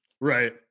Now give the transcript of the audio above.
right